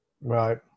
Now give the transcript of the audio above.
right